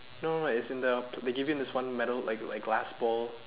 no no no it's in the they give you in this one metal like like glass bowl